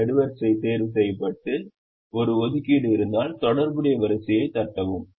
ஒரு நெடுவரிசை தேர்வு செய்யப்பட்டு ஒரு ஒதுக்கீடு இருந்தால் தொடர்புடைய வரிசையைத் தட்டவும்